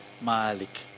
Malik